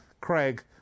Craig